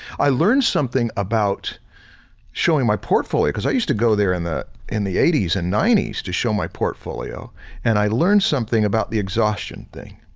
i learned something about showing my portfolio because i used to go there in the in the eighty s and ninety s to show my portfolio and i learned something about the exhaustion thing,